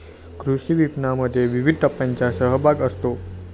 कृषी विपणनामध्ये विविध टप्प्यांचा सहभाग असतो